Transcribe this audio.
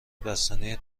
بستنی